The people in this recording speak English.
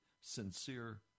sincere